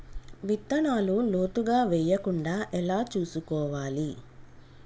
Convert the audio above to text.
విత్తనాలు లోతుగా వెయ్యకుండా ఎలా చూసుకోవాలి?